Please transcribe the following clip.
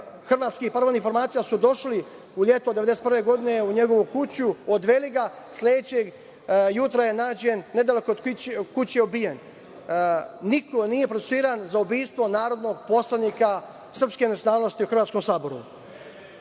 hrvatskih paravojnih formacija su došli u leto 1991. godine u njegovu kuću, odveli ga. Sledećeg jutra je nađen nedaleko od kuće ubijen. Niko nije procesuiran za ubistvo narodnog poslanika srpske nacionalnosti u Hrvatskom saboru.